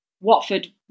Watford